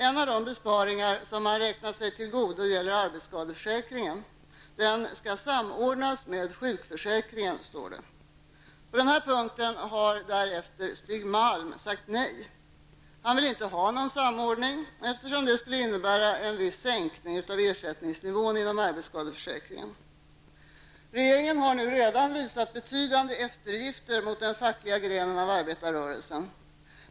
En av besparingarna som man räknat sig till godo gäller arbetsskadeförsäkringen. Den skall samordnas med sjukförsäkringen, står det. På denna punkt har därefter Stig Malm sagt nej. Han vill inte ha någon samordning, eftersom det skulle innebära en viss sänkning av ersättningsnivån inom arbetsskadeförsäkringen. Regeringen har redan visat betydande eftergifter mot den fackliga grenen av arbetarrörelsen.